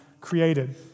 created